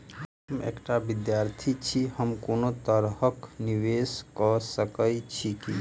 हम एकटा विधार्थी छी, हम कोनो तरह कऽ निवेश कऽ सकय छी की?